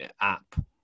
app